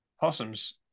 possums